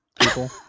people